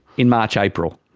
in march april?